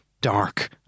dark